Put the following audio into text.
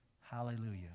Hallelujah